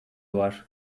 var